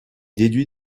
déduit